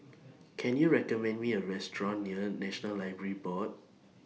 Can YOU recommend Me A Restaurant near National Library Board